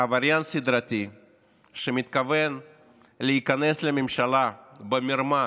עבריין סדרתי שמתכוון להיכנס לממשלה במרמה